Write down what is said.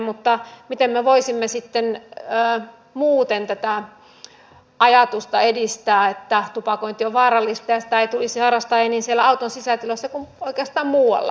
mutta miten me voisimme sitten muuten tätä ajatusta edistää että tupakointi on vaarallista ja sitä ei tulisi harrastaa ei niin siellä auton sisätiloissa kuin oikeastaan muuallakaan